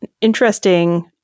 interesting